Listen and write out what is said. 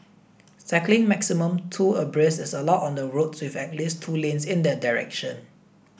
cycling maximum two abreast is allowed on the roads with at least two lanes in that direction